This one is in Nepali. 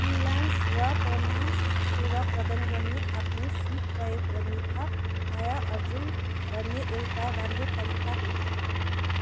फ्रिलान्स वा परमार्श सेवा प्रदान गर्न आफ्नो सिप प्रयोग गर्नु थप आय आर्जन गर्ने एउटा राम्रो तरिका हो